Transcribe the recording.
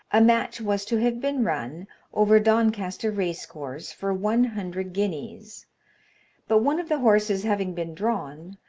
a match was to have been run over doncaster race-course for one hundred guineas but one of the horses having been drawn,